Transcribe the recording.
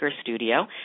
Studio